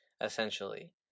Essentially